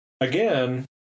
again